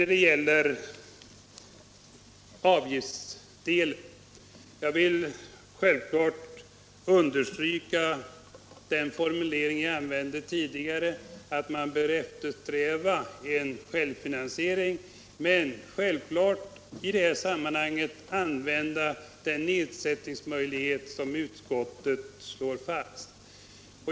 När det gäller avgiftsdelen vill jag understryka den formulering jag använde tidigare, att man bör eftersträva en självfinansiering men självfallet i det här sammanhanget använda den nedsättningsmöjlighet som utskottet slår fast.